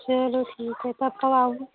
चलो ठीक है कब कब आओगी